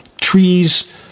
Trees